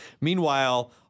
Meanwhile